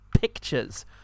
pictures